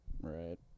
Right